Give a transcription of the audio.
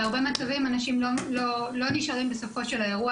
בהרבה מצבים אנשים לא נשארים בסופו של האירוע